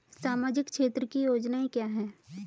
सामाजिक क्षेत्र की योजनाएं क्या हैं?